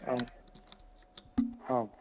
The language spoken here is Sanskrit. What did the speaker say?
आम् आम्